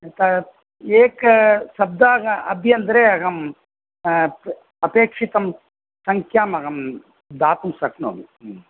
एक एकसब्दाह अभ्यन्तरे अहं अपेक्षितं सङ्ख्यामहं दातुं शक्नोमि